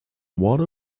water